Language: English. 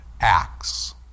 acts